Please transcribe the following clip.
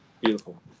Beautiful